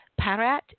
Parat